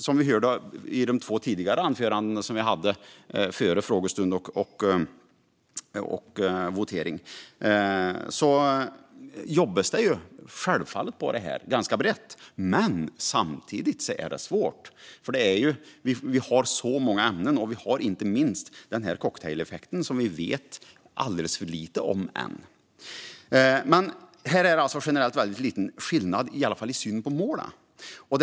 Som vi hörde i de två anförandena före frågestunden och voteringen jobbas det med detta, ganska brett, men samtidigt är det svårt då det är så många ämnen. Inte minst har vi cocktaileffekten, som vi vet alldeles för lite om ännu. Det är alltså generellt sett väldigt liten skillnad i synen på målet.